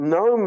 no